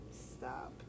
stop